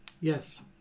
Yes